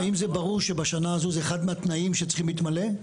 האם זה ברור שבשנה הזאת זה אחד מהתנאים שצריכים להתמלא?